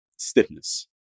Stiffness